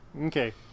Okay